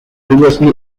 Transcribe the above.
previously